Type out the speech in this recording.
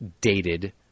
dated